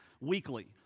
weekly